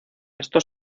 esto